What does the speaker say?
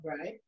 right